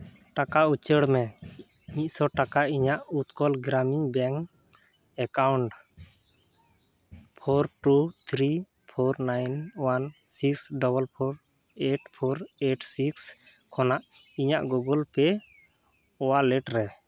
ᱴᱟᱠᱟ ᱩᱪᱟᱹᱲ ᱢᱮ ᱢᱤᱫᱥᱚ ᱴᱟᱠᱟ ᱤᱧᱟᱜ Utkal Gramin bank account four two three four nine one six double four eight four eight six ᱠᱷᱚᱱᱟᱜ ᱤᱧᱟᱹᱜ ᱜᱩᱜᱩᱞ ᱯᱮ ᱣᱟᱞᱮᱴ ᱨᱮ